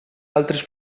altres